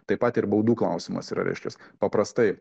taip pat ir baudų klausimas yra reiškias paprastai